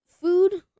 food